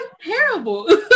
Terrible